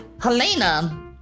Helena